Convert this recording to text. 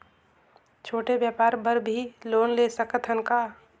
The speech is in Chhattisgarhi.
छोटे व्यापार बर भी लोन ले सकत हन का?